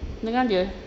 dengan dia